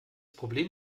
problem